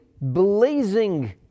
blazing